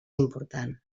important